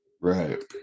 Right